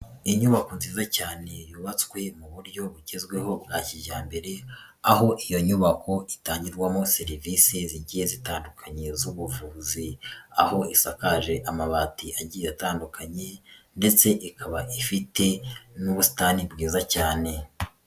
Inyubako nziza cyane yubatswe mu buryo bugezweho bwa kijyambere, aho iyo nyubako itangirwamo serivisi zigiye zitandukanye z'ubuvuzi, aho isakaje amabati agiye atandukanye ndetse ikaba ifite n'ubusitani bwiza cyane.